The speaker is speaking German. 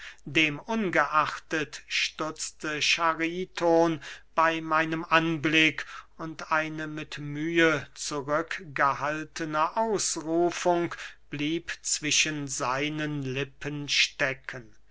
dem ungeachtet stutzte chariton bey meinem anblick und eine mit mühe zurückgehaltene ausrufung blieb zwischen seinen lippen stecken